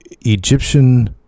egyptian